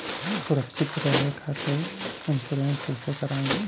सुरक्षित रहे खातीर इन्शुरन्स कईसे करायी?